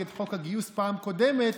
נגד חוק הגיוס בפעם קודמת,